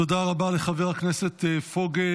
תודה רבה לחבר הכנסת פוגל.